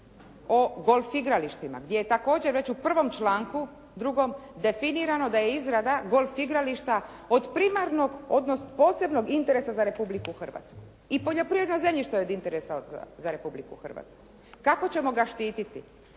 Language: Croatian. o golf igralištima gdje je također već u 1. članku, 2. definirano da je izrada golf igrališta od primarnog, odnosno posebnog interesa za Republiku Hrvatsku. I poljoprivredno zemljište je od interesa za Republiku Hrvatsku. Kako ćemo ga štititi?